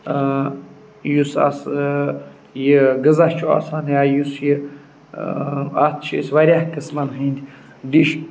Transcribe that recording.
یُس آسہٕ یہِ غذا چھُ آسان یا یُس یہِ اَتھ چھِ أسۍ واریاہ قٕسمَن ہٕنٛدۍ ڈِش